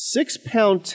Six-pound